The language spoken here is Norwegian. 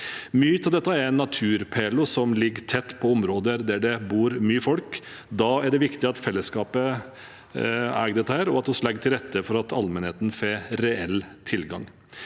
Mye av dette er naturperler som ligger tett på områder der det bor mye folk. Da er det viktig at fellesskapet eier dette, og at vi legger til rette for at allmennheten får reell tilgang.